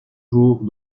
jours